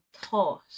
taught